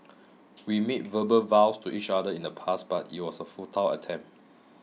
we made verbal vows to each other in the past but it was a futile attempt